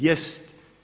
Jest.